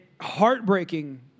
heartbreaking